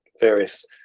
various